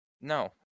No